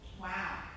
Wow